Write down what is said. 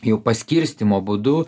jau paskirstymo būdu